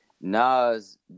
Nas